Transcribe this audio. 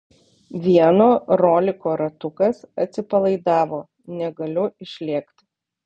vieno roliko ratukas atsipalaidavo negaliu išlėkt